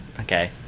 okay